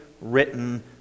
written